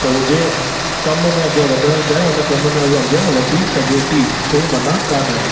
त उहे जंहिं कम में अॻियां वधण चाहे उन कम में हू अॻियां वधी सघे थी कोई मना कोन आहे